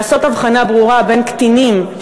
לעשות הבחנה ברורה בין קטינים,